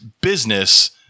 business